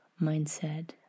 mindset